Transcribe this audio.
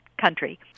country